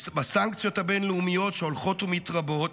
בסנקציות הבין-לאומיות שהולכות ומתרבות,